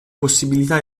possibilità